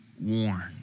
warned